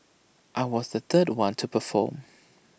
I was the third one to perform